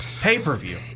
pay-per-view